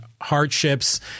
hardships